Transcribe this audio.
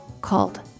called